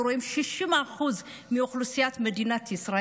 אני התחלתי לסנגר